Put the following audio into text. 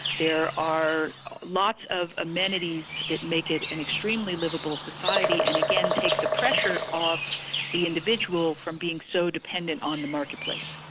there are lots of amenities that make it an extremely liveable society and again take the pressure off the individual from being so dependent on the marketplace.